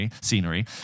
scenery